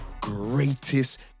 greatest